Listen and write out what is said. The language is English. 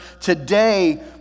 Today